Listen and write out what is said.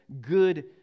good